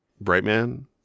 Brightman